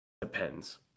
depends